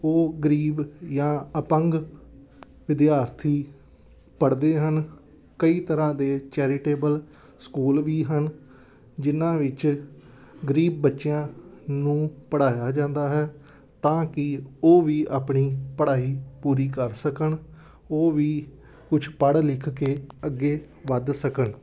ਉਹ ਗਰੀਬ ਜਾਂ ਅਪੰਗ ਵਿਦਿਆਰਥੀ ਪੜ੍ਹਦੇ ਹਨ ਕਈ ਤਰ੍ਹਾਂ ਦੇ ਚੈਰੀਟੇਬਲ ਸਕੂਲ ਵੀ ਹਨ ਜਿਨ੍ਹਾਂ ਵਿੱਚ ਗਰੀਬ ਬੱਚਿਆਂ ਨੂੰ ਪੜ੍ਹਾਇਆ ਜਾਂਦਾ ਹੈ ਤਾਂ ਕਿ ਉਹ ਵੀ ਆਪਣੀ ਪੜ੍ਹਾਈ ਪੂਰੀ ਕਰ ਸਕਣ ਉਹ ਵੀ ਕੁਛ ਪੜ੍ਹ ਲਿਖ ਕੇ ਅੱਗੇ ਵੱਧ ਸਕਣ